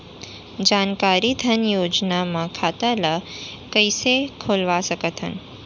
जानकारी धन योजना म खाता ल कइसे खोलवा सकथन?